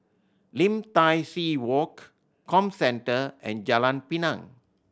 Lim Tai See Walk Comcentre and Jalan Pinang